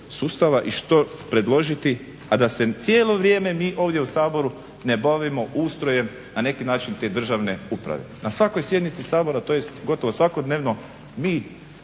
sustava i što predložiti a da se cijelo vrijeme mi ovdje u Saboru ne bavimo ustrojem na neki način te državne uprave. Na svakoj sjednici Sabora tj. gotovo svakodnevno mi